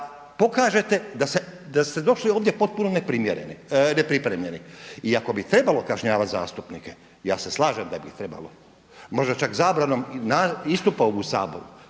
da pokažete da ste došli ovdje potpuno nepripremljeni. I ako bi trebalo kažnjavati zastupnike, ja se slažem da bi ih trebalo, možda čak zabranom istupa u Saboru